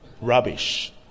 rubbish